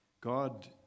God